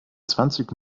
zwanzig